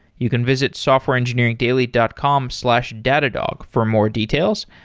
you can visit softwareengineeringdaily dot com slash datadog for more details.